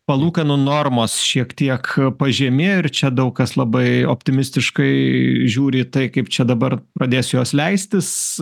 palūkanų normos šiek tiek pažemėjo ir čia daug kas labai optimistiškai žiūri į tai kaip čia dabar pradės jos leistis